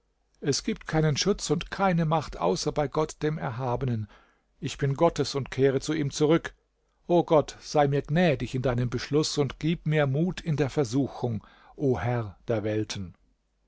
es gibt keinen schutz und keine macht außer bei gott dem erhabenen ich bin gottes und kehre zu ihm zurück o gott sei mir gnädig in deinem beschluß und gib mir mut in der versuchung o herr der welten